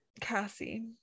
Cassie